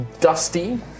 dusty